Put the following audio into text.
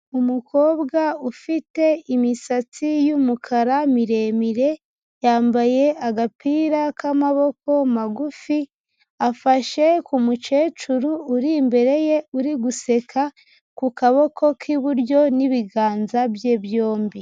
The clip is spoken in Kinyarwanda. Umukobwa ufite imisatsi y'umukara miremire, yambaye agapira k'amaboko magufi, afashe ku mukecuru uri imbere ye uri guseka ku kaboko k'iburyo n'ibiganza bye byombi.